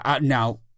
now